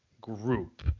group